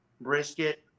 brisket